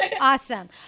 awesome